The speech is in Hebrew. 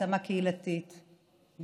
העצמה קהילתית,